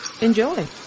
enjoy